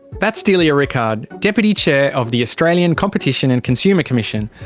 that's delia rickard, deputy chair of the australian competition and consumer commission.